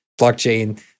blockchain